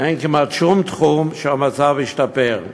אין כמעט שום תחום שהמצב בו השתפר.